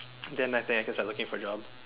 then after that I can start looking for job